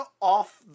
off